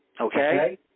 Okay